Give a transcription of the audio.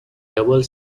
double